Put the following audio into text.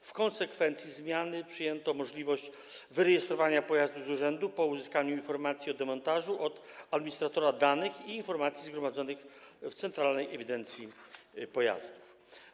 W konsekwencji zmiany wprowadzono możliwość wyrejestrowania pojazdu z urzędu po uzyskaniu informacji o demontażu od administratora danych i informacji zgromadzonych w centralnej ewidencji pojazdów.